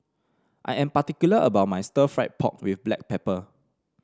I am particular about my Stir Fried Pork with Black Pepper